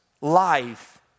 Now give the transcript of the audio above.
life